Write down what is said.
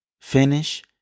Finish